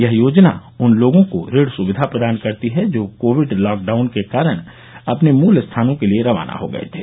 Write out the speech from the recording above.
यह योजना उन लोगों को ऋण सुविधा प्रदान करती है जो कोविड लॉक डाउन के कारण अपने मूल स्थानों के लिए रवाना हो गए थे